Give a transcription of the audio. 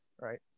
right